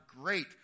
great